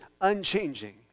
unchanging